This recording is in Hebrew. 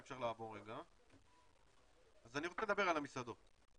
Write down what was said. אני רוצה לדבר על המסעדות.